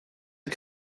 are